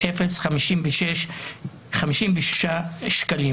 330,283,056 שקלים.